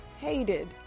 hated